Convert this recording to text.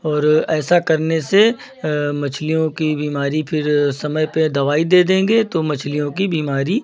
और ऐसा करने से मछलियों की बीमारी फिर समय पे दवाई दे देंगे तो मछलियों की बीमारी